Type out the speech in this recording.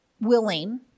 willing